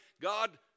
God